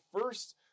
first